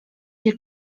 się